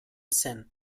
sin